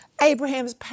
Abraham's